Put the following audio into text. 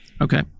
Okay